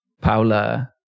paula